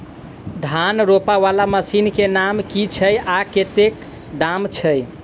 धान रोपा वला मशीन केँ नाम की छैय आ कतेक दाम छैय?